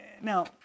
Now